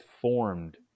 formed